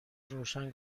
روشن